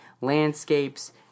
landscapes